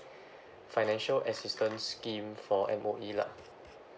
financial assistance scheme for M_O_E lah